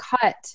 cut